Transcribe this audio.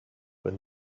when